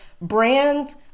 brand